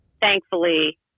thankfully